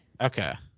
Okay